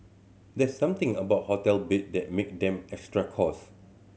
there's something about hotel bed that make them extra